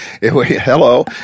hello